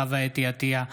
חוה אתי עטייה,